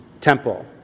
temple